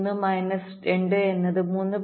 3 minus 2 എന്നത് 3